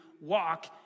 walk